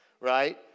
right